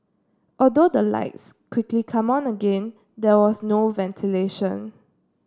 although the lights quickly come on again there was no ventilation